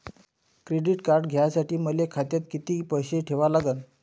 Credit card घ्यासाठी मले खात्यात किती पैसे ठेवा लागन?